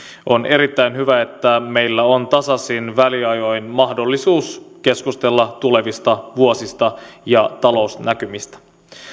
on erittäin hyvä että meillä on tasaisin väliajoin mahdollisuus keskustella tulevista vuosista ja talousnäkymistä